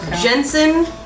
Jensen